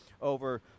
over